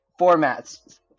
formats